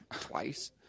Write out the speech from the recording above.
twice